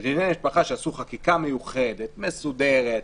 בדיני משפחה, כשעשו חקיקה מיוחדת, מסודרת,